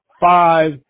five